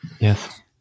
Yes